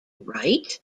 right